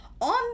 on